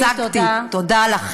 תודה.